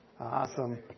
Awesome